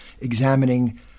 examining